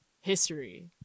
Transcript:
history